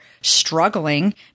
struggling